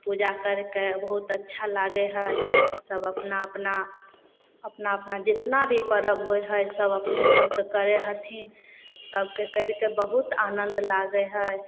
पूजा करिके बहुत अच्छा लागय हइ सब अपना अपना अपना अपना जितना भी पर्व होइ हइ सब अपने सबके कहय हथिन सबके करिके बहुत आनन्द लागय हइ